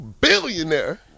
Billionaire